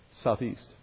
southeast